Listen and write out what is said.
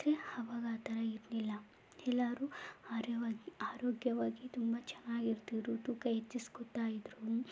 ಆದರೆ ಆವಾಗ ಆ ಥರ ಇರಲಿಲ್ಲ ಎಲ್ಲರೂ ಆರವಾಗಿ ಆರೋಗ್ಯವಾಗಿ ತುಂಬ ಚೆನ್ನಾಗಿರ್ತಿದ್ರು ತೂಕ ಹೆಚ್ಚಿಸ್ಕೊಳ್ತಾಯಿದ್ರು